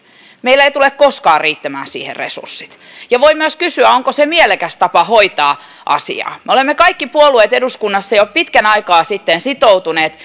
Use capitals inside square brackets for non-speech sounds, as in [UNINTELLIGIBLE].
meillä ei tule koskaan riittämään siihen resurssit ja voi myös kysyä onko se mielekäs tapa hoitaa asiaa me olemme kaikki puolueet eduskunnassa jo pitkän aikaa sitten sitoutuneet [UNINTELLIGIBLE]